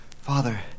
Father